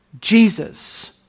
Jesus